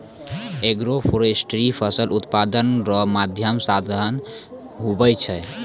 agroforestry फसल उत्पादन रो महत्वपूर्ण साधन हुवै छै